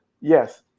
yes